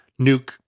nuke